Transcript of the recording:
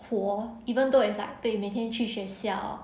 活 even though it's like 对每天去学校